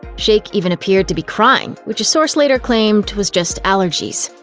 shayk even appeared to be crying, which a source later claimed was just allergies.